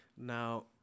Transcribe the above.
Now